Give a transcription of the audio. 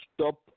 stop